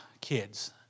kids